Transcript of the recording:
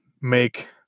make